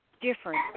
different